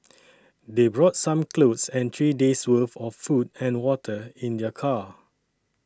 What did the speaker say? they brought some clothes and three days' worth of food and water in their car